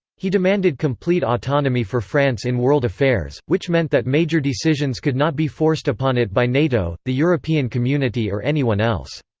he demanded complete autonomy for france in world affairs, which meant that major decisions could not be forced upon it by nato, the european community or anyone else.